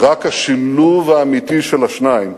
כי רק השילוב האמיתי של השניים